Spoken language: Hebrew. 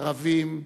ערבים,